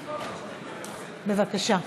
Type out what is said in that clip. בבקשה.